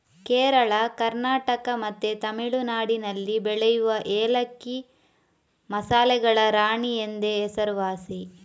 ಕೇರಳ, ಕರ್ನಾಟಕ ಮತ್ತೆ ತಮಿಳುನಾಡಿನಲ್ಲಿ ಬೆಳೆಯುವ ಏಲಕ್ಕಿ ಮಸಾಲೆಗಳ ರಾಣಿ ಎಂದೇ ಹೆಸರುವಾಸಿ